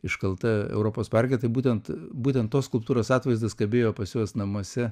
iškalta europos parke tai būtent būtent tos skulptūros atvaizdas kabėjo pas juos namuose